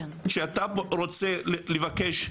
כשאתה רוצה לבקש,